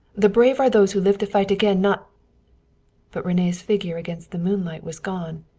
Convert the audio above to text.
the brave are those who live to fight again, not but rene's figure against the moonlight was gone.